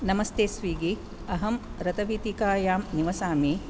नमस्ते स्विग्गी अहं रथवीथिकायां निवसामि